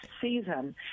season